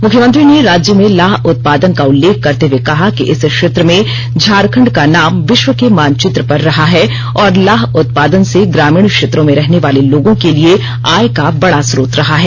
मुख्यमंत्री ने राज्य में लाह उत्पादन का उल्लेख करते हुए कहा कि इस क्षेत्र में झारखंड का नाम विष्व के मानचित्र पर रहा है और लाह उत्पादन से ग्रामीण क्षेत्रों में रहनेवाले लोगों के लिए आय का बड़ा स्रोत रहा है